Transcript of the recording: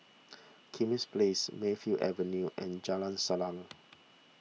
Kismis Place Mayfield Avenue and Jalan Salang